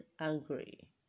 angry